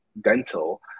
dental